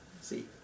see